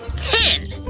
ten!